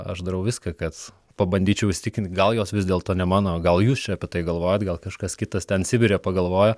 aš darau viską kad pabandyčiau įsitikinti gal jos vis dėlto ne mano gal jūs čia apie tai galvojat gal kažkas kitas ten sibire pagalvojo